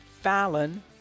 Fallon